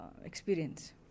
experience